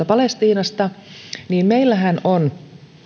palestiinasta meillähän on